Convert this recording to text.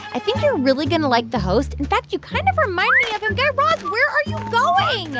i think you're really going to like the host. in fact, you kind of remind me of him guy raz, where are you going?